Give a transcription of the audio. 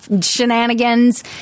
shenanigans